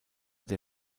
der